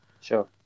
Sure